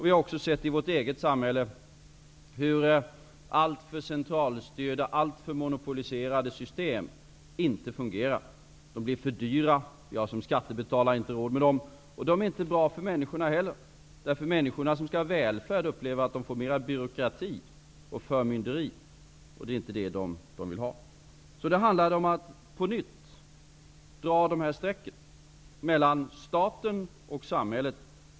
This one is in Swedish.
Vi har sett i vårt eget samhälle hur alltför centralstyrda, alltför monopoliserade, system inte fungerar. De blir för dyra. Vi har som skattebetalare inte råd med dem, och de är inte bra för människorna. De människor som skall få ta del av välfärden upplever att de får mer av byråkrati och förmynderi. Det är inte det de vill ha. Det handlar om att på nytt dra dessa streck mellan staten och samhället.